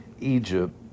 Egypt